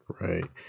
Right